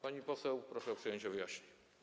Pani poseł, proszę o przyjęcie wyjaśnień.